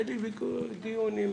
הייתי בהרבה דיונים.